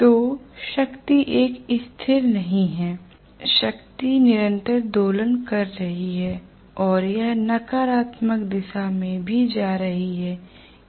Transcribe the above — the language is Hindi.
तो शक्ति एक स्थिर नहीं है शक्ति निरंतर दोलन कर रही है और यह नकारात्मक दिशा में भी जा रही है